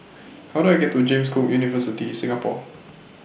How Do I get to James Cook University Singapore